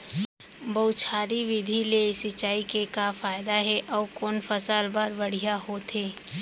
बौछारी विधि ले सिंचाई के का फायदा हे अऊ कोन फसल बर बढ़िया होथे?